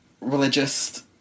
religious